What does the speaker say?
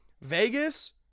Vegas